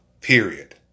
period